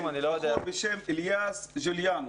כן, בחור בשם אליאס ג'וליאנוס.